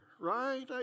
right